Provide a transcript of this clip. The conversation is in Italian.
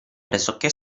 pressoché